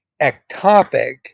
ectopic